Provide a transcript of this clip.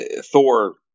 Thor